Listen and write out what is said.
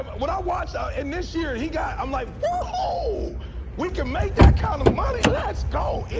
when i watch out and this year he got i'm like oh we can make that kind of money. let's go